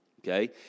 Okay